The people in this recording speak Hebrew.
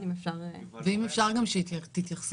בבקשה, שיתייחס.